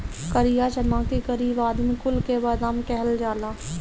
करिया चना के गरीब आदमी कुल के बादाम कहल जाला